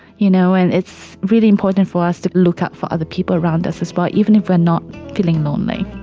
you know and it's really important for us to look out for other people around us as well, even if we are not feeling lonely.